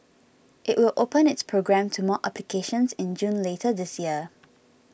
it will open its program to more applications in June later this year